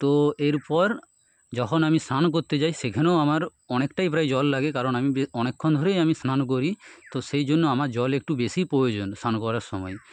তো এরপর যখন আমি স্নান করতে যাই সেখানেও আমার অনেকটাই প্রায় জল লাগে কারণ আমি বেশ অনেকক্ষণ ধরেই আমি স্নান করি তো সেই জন্য আমার জল একটু বেশিই প্রয়োজন স্নান করার সময়